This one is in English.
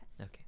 okay